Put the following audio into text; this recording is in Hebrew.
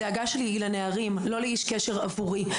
הדאגה שלי היא לנערים, לא לאיש קשר עבורי.